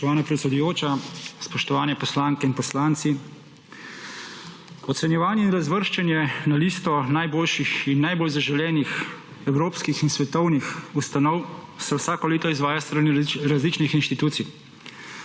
Spoštovana predsedujoča, spoštovane poslanke in poslanci! Ocenjevanje in razvrščanje na listo najboljših in najbolj zaželenih evropskih in svetovnih ustanov se vsako leto izvaja s strani različnih institucij.